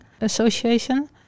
Association